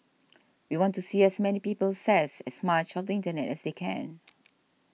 we want to see as many people says as much of the internet as they can